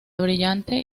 brillante